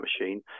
machine